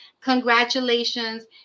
Congratulations